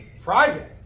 Friday